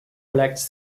elects